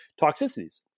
toxicities